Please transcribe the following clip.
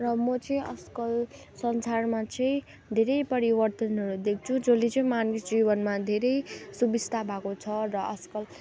र म चाहिँ आजकल संसारमा चाहिँ धेरै परिवर्तनहरू देख्छु जसले चाहिँ मानिस जीवनमा धेरै सुविस्ता भएको छ र आजकल